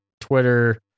Twitter